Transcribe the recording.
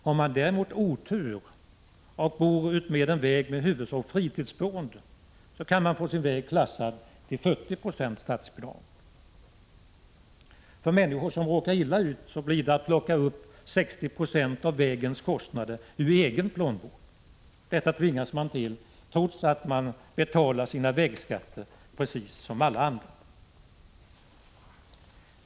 Har man däremot otur och bor utmed en väg med i huvudsak fritidsboende kan man få sin väg klassad till 40 90 statsbidrag. För människor som råkar illa ut blir det att plocka upp 60 96 av vägens kostnader ur egen plånbok. Detta tvingas man till trots att man betalar sina vägskatter precis som alla andra.